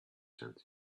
sense